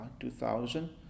2000